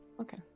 okay